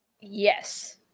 Yes